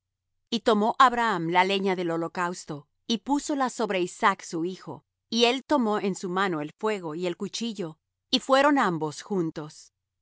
y tomó abraham la leña del holocausto y púsola sobre isaac su hijo y él tomó en su mano el fuego y el cuchillo y fueron ambos juntos